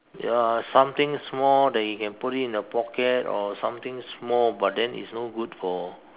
ya something small that you can put it in a pocket or something small but then is no good for